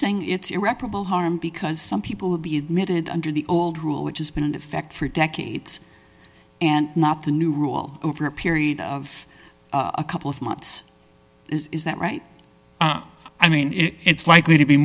saying it's irreparable harm because some people will be admitted under the old rule which has been in fact for decades and not the new rule over a period of a couple of months is that right i mean it's likely to be